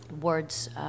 words